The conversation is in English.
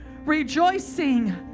rejoicing